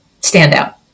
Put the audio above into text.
standout